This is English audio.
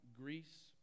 Greece